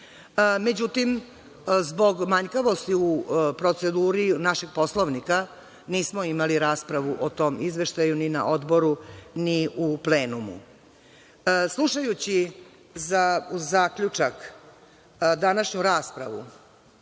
Međutim, zbog manjkavosti u proceduri našeg Poslovnika, nismo imali raspravu o tom izveštaju ni na Odboru ni u plenumu. Slušajući zaključak, današnju raspravu,